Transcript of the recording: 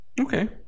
okay